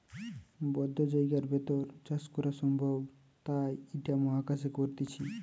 বদ্ধ জায়গার ভেতর চাষ করা সম্ভব তাই ইটা মহাকাশে করতিছে